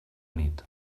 nit